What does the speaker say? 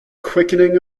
quickening